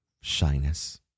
shyness